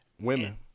Women